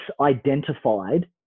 identified